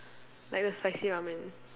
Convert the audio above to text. like the spicy ramen